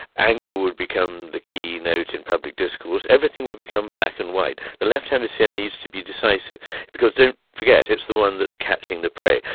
anger would become the key note in public discourse. everything would become black and white the left hemisphere needs to be decisive because, don't forget, it's the one that's catching the prey.